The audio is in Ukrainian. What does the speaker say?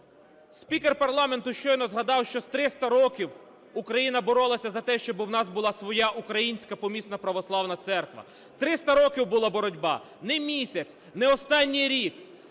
спікер парламенту щойно згадав, що 300 років Україна боролася за те, щоби в нас була своя Українська помісна православна церква, 300 років була боротьба. Не місяць, не останній рік,